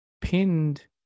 pinned